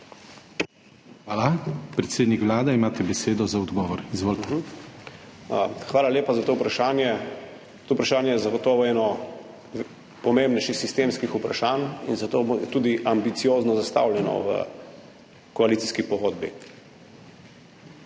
GOLOB (predsednik Vlade): Hvala lepa za to vprašanje. To vprašanje je zagotovo eno pomembnejših sistemskih vprašanj in zato bo tudi ambiciozno zastavljeno v koalicijski pogodbi.